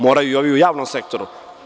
Moraju i ovi u javnom sektoru.